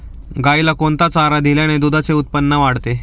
गाईला कोणता चारा दिल्याने दुधाचे उत्पन्न वाढते?